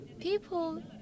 People